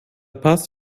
paz